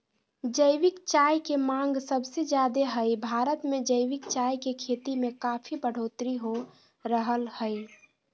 जैविक चाय के मांग सबसे ज्यादे हई, भारत मे जैविक चाय के खेती में काफी बढ़ोतरी हो रहल हई